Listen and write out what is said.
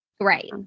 Right